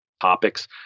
topics